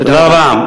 תודה רבה.